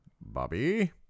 Bobby